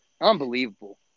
Unbelievable